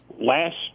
last